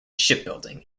shipbuilding